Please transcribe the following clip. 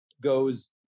goes